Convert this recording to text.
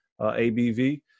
ABV